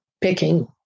picking